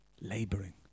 Laboring